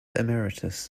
emeritus